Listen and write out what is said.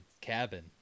Cabin